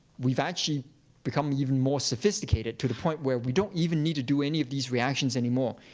we've actually become even more sophisticated, to the point where we don't even need to do any of these reactions anymore.